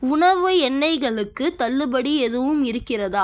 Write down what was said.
உணவு எண்ணெய்களுக்கு தள்ளுபடி எதுவும் இருக்கிறதா